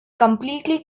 completely